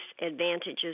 advantages